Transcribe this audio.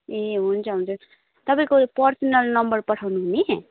ए हुन्छ हुन्छ तपाईँको पर्सनल नम्बर पठाउनु हुने